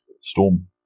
Storm